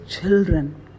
children